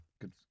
Good